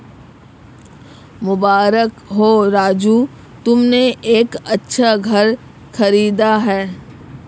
मुबारक हो राजू तुमने एक अच्छा घर खरीदा है